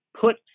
put